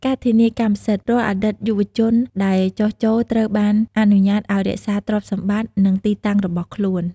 ការធានាកម្មសិទ្ធិ រាល់អតីតយុទ្ធជនដែលចុះចូល ត្រូវបានអនុញ្ញាតឱ្យរក្សាទ្រព្យសម្បត្តិ និងទីតាំងរបស់ខ្លួន។